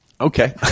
Okay